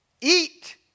Eat